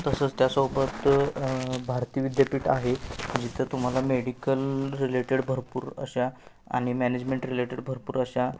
तसंच त्यासोबत भारती विद्यापीठ आहे जिथं तुम्हाला मेडिकल रिलेटेड भरपूर अशा आणि मॅनेजमेंट रिलेटेड भरपूर अशा